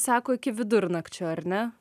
sako iki vidurnakčio ar ne